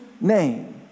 name